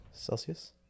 Celsius